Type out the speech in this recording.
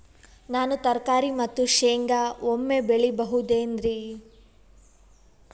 ನಾನು ತರಕಾರಿ ಮತ್ತು ಶೇಂಗಾ ಒಮ್ಮೆ ಬೆಳಿ ಬಹುದೆನರಿ?